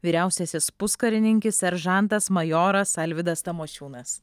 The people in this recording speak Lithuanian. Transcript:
vyriausiasis puskarininkis seržantas majoras alvydas tamošiūnas